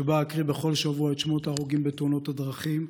שבה אקריא בכל שבוע את שמות ההרוגים בתאונות הדרכים.